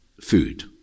food